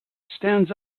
stands